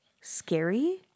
scary